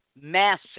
massive